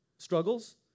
Struggles